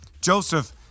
Joseph